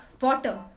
water